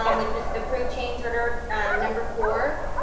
um which is approved change order number four.